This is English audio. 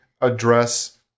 address